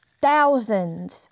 thousands